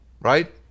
Right